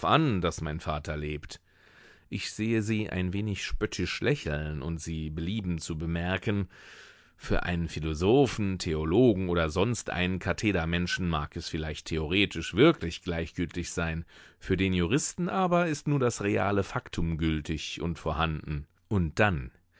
an daß mein vater lebt ich sehe sie ein wenig spöttisch lächeln und sie belieben zu bemerken für einen philosophen theologen oder sonst einen kathedermenschen mag es vielleicht theoretisch wirklich gleichgültig sein für den juristen aber ist nur das reale faktum gültig und vorhanden und dann